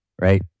Right